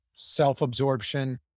self-absorption